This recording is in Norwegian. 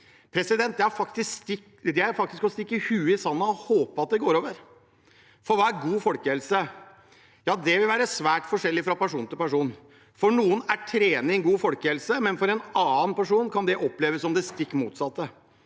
problemet. Det er å stikke hodet i sanden og håpe at det går over. Hva er god folkehelse? Det vil være svært forskjellig fra person til person. For noen er trening god folkehelse, men for en annen person kan det oppleves som det stikk motsatte.